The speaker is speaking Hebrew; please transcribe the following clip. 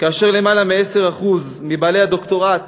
כאשר למעלה מ-10% מבעלי הדוקטורט